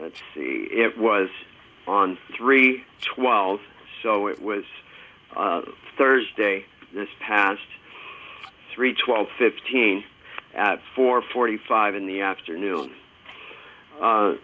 let's see if was on three twelve so it was thursday this past three twelve fifteen at four forty five in the afternoon